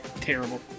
terrible